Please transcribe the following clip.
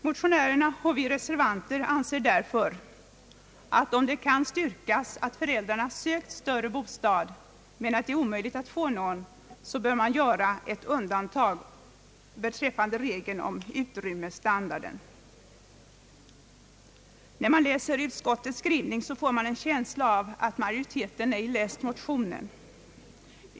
Motionärerna och vi reservanter anser därför att om det kan styrkas att föräldrarna sökt större bostad men det är omöjligt att få någon, bör man göra ett undantag beträffande regeln om utrymmesstandarden. När man läser utskottets skrivning får man en känsla av att majoriteten ej läst motionen.